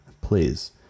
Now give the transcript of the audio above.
Please